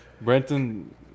Brenton